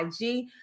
IG